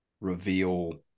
reveal